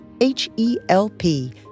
H-E-L-P